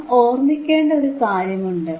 നാം ഓർമിക്കേണ്ട ഒരു കാര്യമുണ്ട്